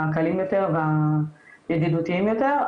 הקלים יותר והידידותיים יותר,